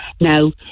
Now